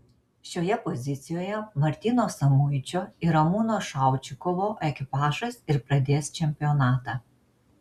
šioje pozicijoje martyno samuičio ir ramūno šaučikovo ekipažas ir pradės čempionatą